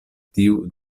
tiu